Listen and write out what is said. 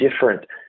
different